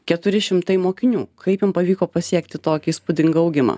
keturi šimtai mokinių kaip jum pavyko pasiekti tokį įspūdingą augimą